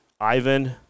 Ivan